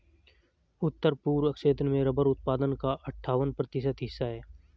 उत्तर पूर्व क्षेत्र में रबर उत्पादन का अठ्ठावन प्रतिशत हिस्सा है